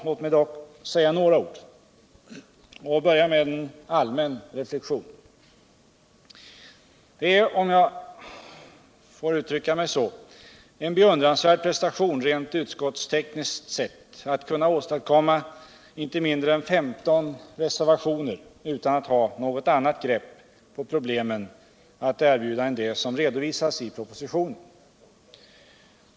Låt mig dock säga några ord i sammanhanget; jag börjar med en allmän reflexion. Det är, om jag så får uttrycka mig, en beundransvärd prestation rent utskottstekniskt sett att kunna åstadkomma inte mindre än 13 reservationer utan att man har något annat grepp på problemen att erbjuda än det som redovisas i propositionen.